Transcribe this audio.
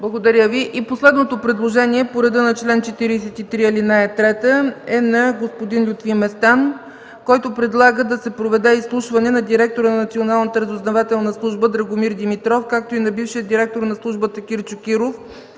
не е прието. Последното предложение по реда на чл. 43, ал. 3 е на господин Лютви Местан, който предлага да се проведе изслушване на директора на Централната разузнавателна служба Драгомир Димитров, както и на бившия директор на службата Кирчо Киров,